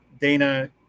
Dana